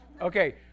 Okay